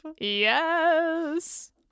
Yes